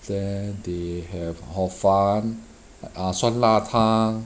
then they have horfun ah 酸辣汤